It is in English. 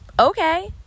okay